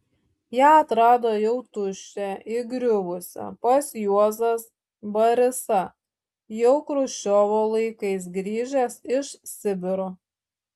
ją atrado jau tuščią įgriuvusią pats juozas barisa jau chruščiovo laikais grįžęs iš sibiro